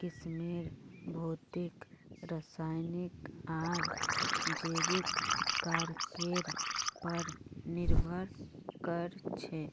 किस्मेर भौतिक रासायनिक आर जैविक कारकेर पर निर्भर कर छे